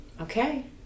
Okay